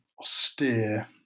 austere